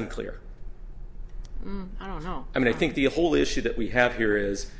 unclear i don't know i mean i think the whole issue that we have here is